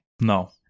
No